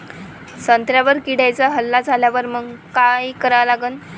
संत्र्यावर किड्यांचा हल्ला झाल्यावर मंग काय करा लागन?